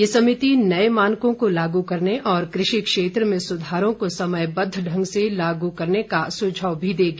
यह समिति नये मानकों को लागू करने और कृषि क्षेत्र में सुधारों को समयबद्व ढंग से लागू करने का सुझाव देगी